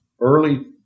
early